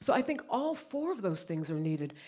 so i think, all four of those things are needed.